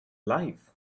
life